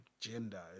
gender